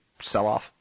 sell-off